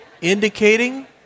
indicating